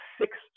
six